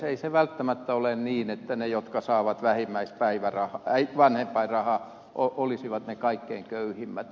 ei se välttämättä ole niin että ne jotka saavat vähimmäisvanhem painrahaa olisivat ne kaikkein köyhimmät